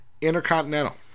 Intercontinental